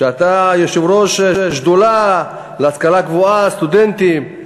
יושב-ראש השדולה להשכלה הגבוהה, הסטודנטים.